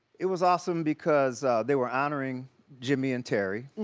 it was awesome because they were honoring jimmy and terry.